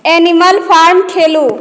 animal Farm खेलू